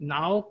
Now